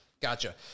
Gotcha